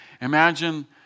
Imagine